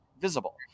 visible